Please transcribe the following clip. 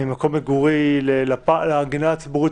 ממקום מגורי לגינה הציבורית,